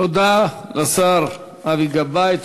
תודה לשר אבי גבאי,